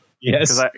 Yes